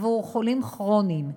עבור חולים כרוניים,